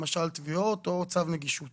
למשל תביעות או צו נגישות